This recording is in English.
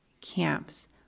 camps